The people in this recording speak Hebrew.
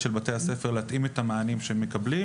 של בתי הספר עצמם להתאים את המענים שהם מקבלים